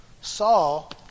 Saul